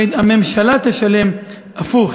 הממשלה תשלם הפוך,